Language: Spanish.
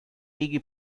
iggy